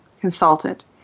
consultant